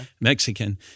Mexican